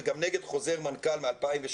וגם נגד חוזר מנכ"ל מ-2016.